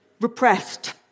repressed